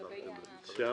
סיימת?